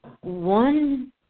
one